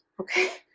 Okay